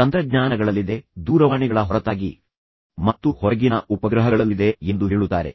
ತಂತ್ರಜ್ಞಾನಗಳಲ್ಲಿದೆ ದೂರವಾಣಿಗಳ ಹೊರತಾಗಿ ಮತ್ತು ಹೊರಗಿನ ಉಪಗ್ರಹಗಳಲ್ಲಿದೆ ಎಂದು ಹೇಳುತ್ತಾರೆ